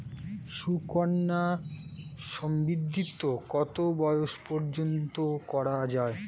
সুকন্যা সমৃদ্ধী কত বয়স পর্যন্ত করা যায়?